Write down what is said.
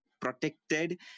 protected